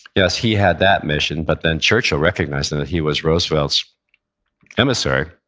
yes, he had that mission, but then churchill recognized and that he was roosevelt's emissary.